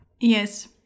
Yes